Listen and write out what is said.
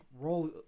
roll